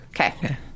Okay